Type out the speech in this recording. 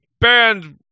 banned